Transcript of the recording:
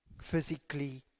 physically